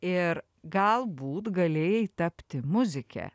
ir galbūt galėjai tapti muzike